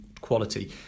quality